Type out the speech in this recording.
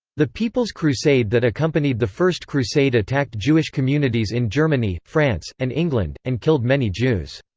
the people's crusade that accompanied the first crusade attacked jewish communities in germany, france, and england, and killed many jews.